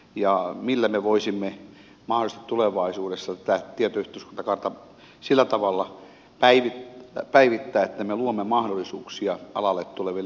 ja millä me voisimme mahdollisesti tulevaisuudessa tätä tietoyhteiskuntakaarta sillä tavalla päivittää että me luomme mahdollisuuksia alalle tuleville yrittäjille